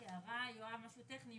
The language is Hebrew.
רק הערה, אני רואה משהו טכני.